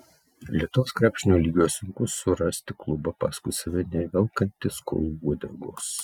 lietuvos krepšinio lygoje sunku surasti klubą paskui save nevelkantį skolų uodegos